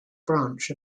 branch